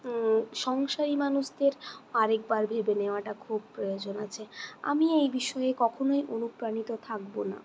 সংসারী মানুষদের আরেকবার ভেবে নেওয়াটা খুব প্রয়োজন আছে আমি এই বিষয়ে কখনই অনুপ্রাণিত থাকবো না